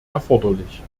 erforderlich